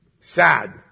sad